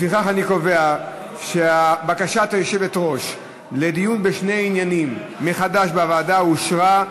לפיכך אני קובע שבקשת היושבת-ראש לדיון בשני עניינים מחדש בוועדה אושרה.